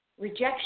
rejection